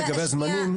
לגבי הזמנים,